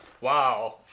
Wow